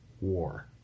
war